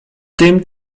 tym